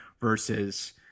versus